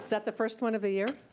that the first one of the year?